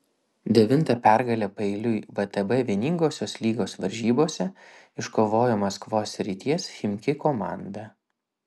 devintą pergalę paeiliui vtb vieningosios lygos varžybose iškovojo maskvos srities chimki komanda